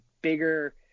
bigger